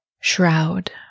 shroud